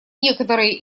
некоторые